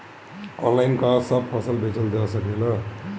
Online का सब फसल बेचल जा सकेला?